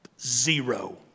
Zero